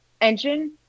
engine